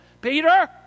Peter